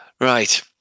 Right